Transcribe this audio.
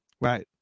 Right